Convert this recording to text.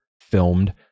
filmed